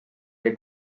oli